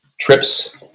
trips